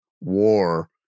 war